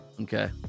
Okay